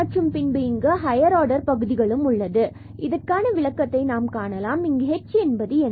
மற்றும் பின்பு இங்கு ஹையர் ஆர்டர் பகுதிகளும் உள்ளது மேலும் இதற்கான விளக்கத்தை நாம் காணலாம் இங்கு h என்பது என்ன